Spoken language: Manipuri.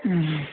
ꯎꯝ